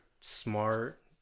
smart